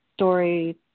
story